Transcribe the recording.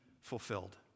fulfilled